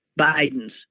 Biden's